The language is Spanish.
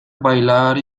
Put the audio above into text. bailar